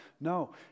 No